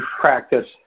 Practice